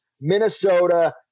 Minnesota